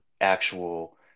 actual